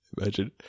Imagine